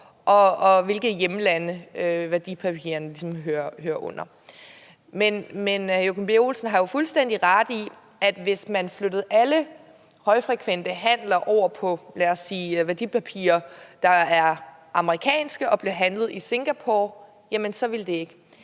og hvilke hjemlande værdipapirerne hører under. Men hr. Joachim B. Olsen har fuldstændig ret i, at hvis man flyttede alle højfrekvente handler over på, lad os sige, værdipapirer, der er amerikanske og bliver handlet i Singapore, så ville det ikke